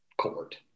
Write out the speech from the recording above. court